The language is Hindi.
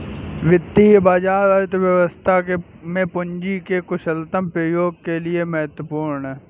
वित्तीय बाजार अर्थव्यवस्था में पूंजी के कुशलतम प्रयोग के लिए महत्वपूर्ण है